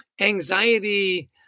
anxiety